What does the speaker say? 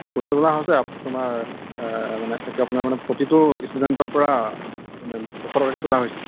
পইচা তোলা হৈছে তোমাৰ মানে এইটো আপোনাৰ মানে প্ৰতিটো ষ্টুডেণ্টৰ পৰা মানে দুশ টকাকৈ তোলা হৈছে